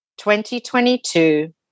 2022